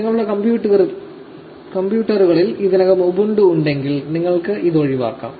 നിങ്ങളുടെ കമ്പ്യൂട്ടറുകളിൽ ഇതിനകം ഉബുണ്ടു ഉണ്ടെങ്കിൽ നിങ്ങൾക്ക് ഇത് ഒഴിവാക്കാം